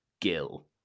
Gill